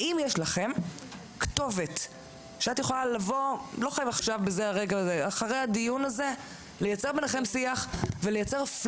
האם יש כתובת שאת יכולה אחרי הדיון לייצר ביניכם שיח אמיתי?